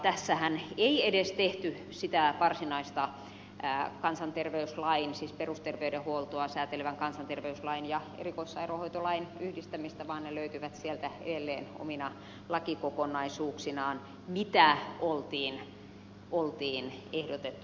tässähän ei edes tehty sitä varsinaista kansanterveyslain siis perusterveydenhuoltoa säätelevän kansanterveyslain ja erikoissairaanhoitolain yhdistämistä vaan ne löytyvät sieltä edelleen omina lakikokonaisuuksinaan mitä oli ehdotettu ja esitetty